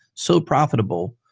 so profi table,